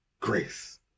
grace